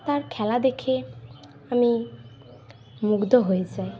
তার খেলা দেখে আমি মুগ্ধ হয়ে যাই